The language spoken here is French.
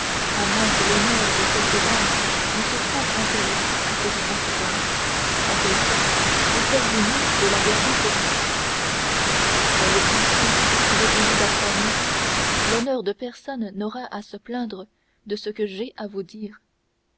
à moins que l'honneur de quelque dame ne se trouve intéressé à cette confidence à ce quel cas vous feriez mieux de la garder pour vous soyez tranquilles répondit d'artagnan l'honneur de personne n'aura à se plaindre de ce que j'ai à vous dire